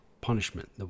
punishment